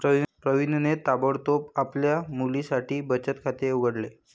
प्रवीणने ताबडतोब आपल्या मुलीसाठी बचत खाते उघडले